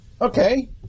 Okay